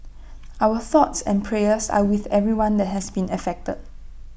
our thoughts and prayers are with everyone that has been affected